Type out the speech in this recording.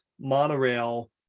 monorail